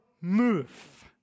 move